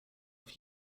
auf